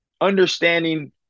understanding